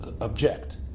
object